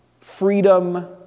freedom